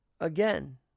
again